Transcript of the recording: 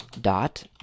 dot